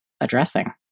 addressing